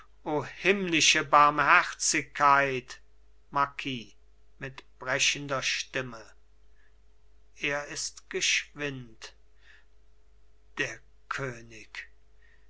himmlische barmherzigkeit marquis mit brechender stimme er ist geschwind der könig